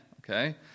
Okay